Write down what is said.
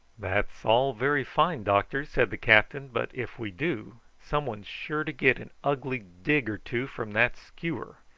that's all very fine, doctor, said the captain but if we do some one's sure to get an ugly dig or two from that skewer.